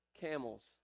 camels